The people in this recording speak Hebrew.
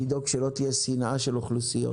לדאוג שלא תהיה שנאה של אוכלוסיות